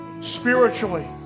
spiritually